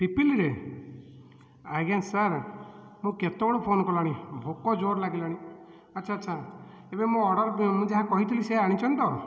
ପିପିଲିରେ ଆଜ୍ଞା ସାର୍ ମୁଁ କେତବେଳୁ ଫୋନ୍ କଲିଣି ଭୋକ ଜୋର୍ ଲାଗିଲାଣି ଆଚ୍ଛା ଆଚ୍ଛା ଏବେ ମୋ ଅର୍ଡ଼ର୍ ମୁଁ ଯାହା କହିଥିଲି ସେଇଆ ଆଣିଛନ୍ତି ତ